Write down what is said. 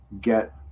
get